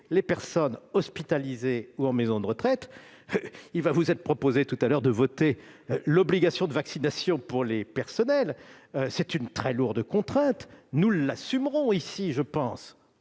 les personnes hospitalisées ou en maison de retraite. Il vous sera proposé tout à l'heure de voter l'obligation de vaccination pour les personnels. C'est une très lourde contrainte que, je pense,